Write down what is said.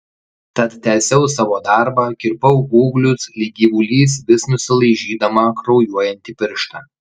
tad tęsiau savo darbą kirpau ūglius lyg gyvulys vis nusilaižydama kraujuojantį pirštą